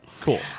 cool